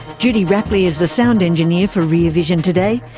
judy rapley is the sound engineer for rear vision today.